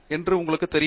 என்று உனக்கு தெரியும்